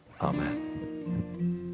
Amen